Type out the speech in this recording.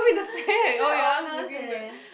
he's very honest eh